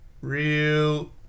Real